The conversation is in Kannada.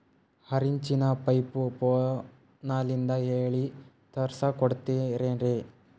ಆರಿಂಚಿನ ಪೈಪು ಫೋನಲಿಂದ ಹೇಳಿ ತರ್ಸ ಕೊಡ್ತಿರೇನ್ರಿ?